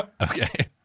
okay